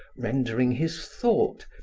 rendering his thought,